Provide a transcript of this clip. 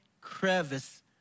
crevice